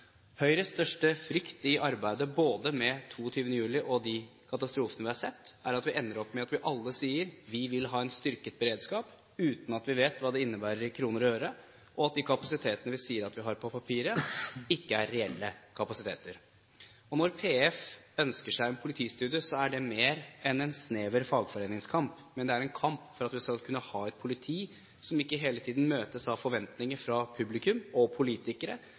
Høyres største frykt i arbeidet både med 22. juli og de katastrofene vi har sett, er at vi ender opp med at vi alle sier at vi vil ha en styrket beredskap, uten at vi vet hva det innebærer i kroner og øre, og at de kapasitetene vi sier at vi har på papiret, ikke er reelle kapasiteter. Når Politiets Fellesforbund ønsker seg en politistudie, er det mer enn en snever fagforeningskamp, men det er en kamp for at vi skal kunne ha et politi som ikke hele tiden møtes av forventninger fra publikum og politikere